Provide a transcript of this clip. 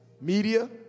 media